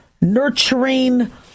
nurturing